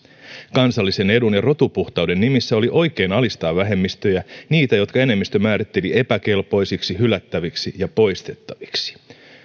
kansallisen edun ja rotupuhtauden nimissä oli oikein alistaa vähemmistöjä niitä jotka enemmistö määritteli epäkelpoisiksi hylättäviksi ja poistettaviksi